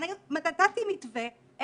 יודעים לשמור על עצמנו מפני הידבקות